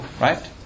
right